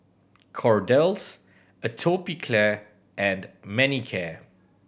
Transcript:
Kordel's Atopiclair and Manicare